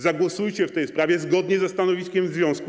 Zagłosujcie w tej sprawie zgodnie ze stanowiskiem związku.